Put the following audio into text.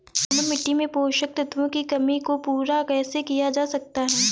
दोमट मिट्टी में पोषक तत्वों की कमी को पूरा कैसे किया जा सकता है?